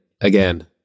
again